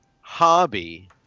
hobby